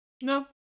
No